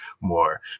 more